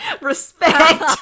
Respect